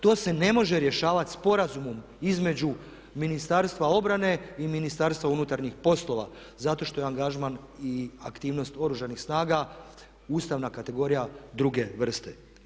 To se ne može rješavati sporazumom između Ministarstva obrane i Ministarstva unutarnjih poslova zato što je angažman i aktivnost Oružanih snaga ustavna kategorija druge vrste.